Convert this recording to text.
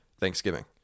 Thanksgiving